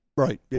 Right